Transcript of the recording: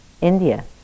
India